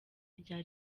rya